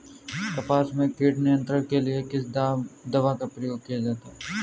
कपास में कीट नियंत्रण के लिए किस दवा का प्रयोग किया जाता है?